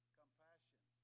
compassion